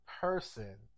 person